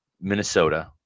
Minnesota